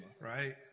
right